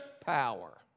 power